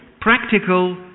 practical